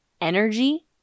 energy